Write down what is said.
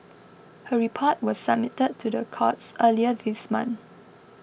her report was submitted to the courts earlier this month